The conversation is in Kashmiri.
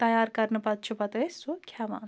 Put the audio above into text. تَیار کَرنہٕ پَتہٕ چھُ پَتہٕ أسۍ سُہ کھٮ۪وان